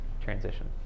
transition